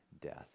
death